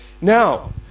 Now